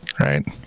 right